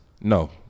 No